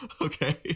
Okay